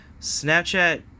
snapchat